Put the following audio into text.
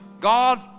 God